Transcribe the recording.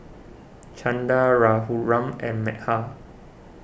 Chanda Raghuram and Medha